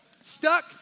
stuck